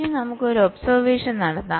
ഇനി നമുക്ക് ഒരു ഒബ്സെർവഷൻ നടത്താം